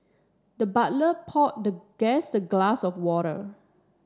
the butler pour the guest a glass of water